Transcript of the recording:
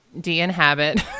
de-inhabit